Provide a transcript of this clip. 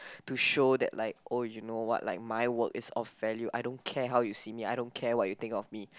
to show that like oh you know what like my work is of value I don't care how you see me I don't care what you think of me